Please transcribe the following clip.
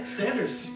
Standards